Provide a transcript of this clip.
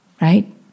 right